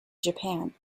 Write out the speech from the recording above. japan